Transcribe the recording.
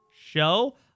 show